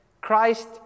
Christ